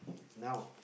now